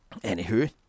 Anywho